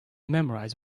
memorize